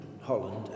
Holland